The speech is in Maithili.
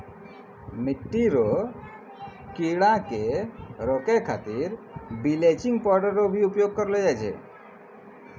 मिट्टी रो कीड़े के रोकै खातीर बिलेचिंग पाउडर रो भी उपयोग करलो जाय छै